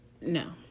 No